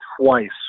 twice